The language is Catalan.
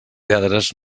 lladres